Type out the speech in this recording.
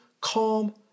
calm